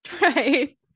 Right